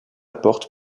porte